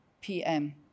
PM